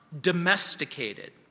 domesticated